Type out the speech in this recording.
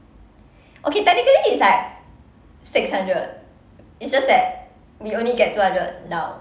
okay technically it's like six hundred it's just that we only get two hundred now